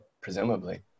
presumably